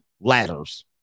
ladders